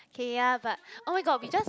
okay ya but oh-my-god we just